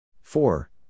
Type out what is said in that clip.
Four